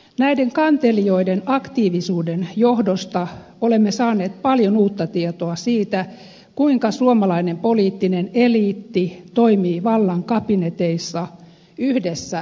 näiden kantelijoiden aktiivisuuden johdosta olemme saaneet paljon uutta tietoa siitä kuinka suomalainen poliittinen eliitti toimii vallan kabineteissa yhdessä rahoittajiensa kanssa